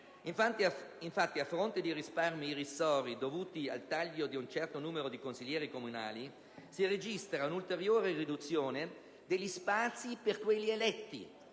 Infatti, a fronte di risparmi irrisori, dovuti al taglio di un certo numero di consiglieri comunali, si registra l'ulteriore riduzione degli spazi per i consiglieri